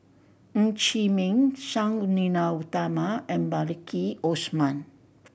Ng Chee Meng Sang Nila Utama and Maliki Osman